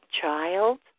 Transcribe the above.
child